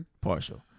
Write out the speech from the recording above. Partial